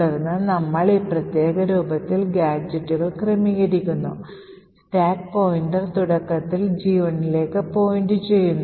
തുടർന്ന് നമ്മൾ ഈ പ്രത്യേക രൂപത്തിൽ ഗാഡ്ജറ്റുകൾ ക്രമീകരിക്കുന്നു സ്റ്റാക്ക് പോയിന്റർ തുടക്കത്തിൽ G1 ലേക്ക് point ചെയ്യുന്നു